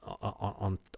on